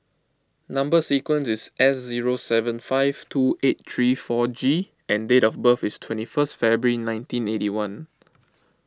Number Sequence is S zero seven five two eight three four G and date of birth is twenty first February nineteen eighty one